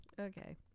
Okay